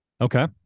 okay